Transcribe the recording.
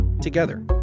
together